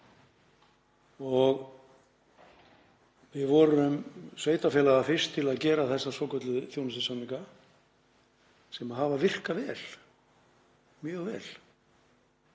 Við vorum sveitarfélaga fyrst til að gera þessa svokölluðu þjónustusamninga sem hafa virkað vel, mjög vel.